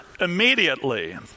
immediately